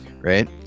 right